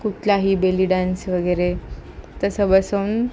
कुठलाही belly dance वगैरे तसा बसवून